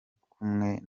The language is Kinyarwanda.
kumwe